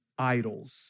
idols